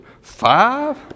five